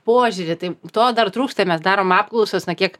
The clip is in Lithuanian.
požiūrį tai to dar trūksta ir mes darom apklausas na kiek